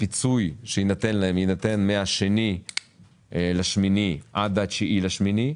הפיצוי שיינתן להם יהיה מה-2 באוגוסט עד ה-9 באוגוסט.